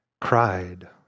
cried